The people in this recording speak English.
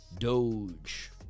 Doge